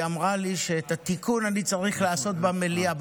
והיא אמרה לי שאת התיקון אני צריך לעשות במליאה.